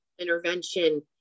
intervention